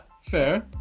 fair